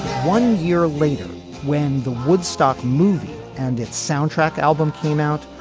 one year later when the woodstock movie and its soundtrack album came out.